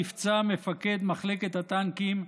נפצע מפקד מחלקת הטנקים,